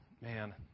Man